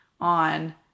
on